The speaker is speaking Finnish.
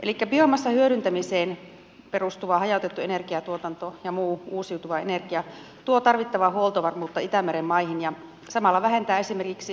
elikkä biomassan hyödyntämiseen perustuva hajautettu energiatuotanto ja muu uusiutuva energia tuo tarvittavaa huoltovarmuutta itämeren maihin ja samalla vähentää esimerkiksi öljykuljetuksia itämerellä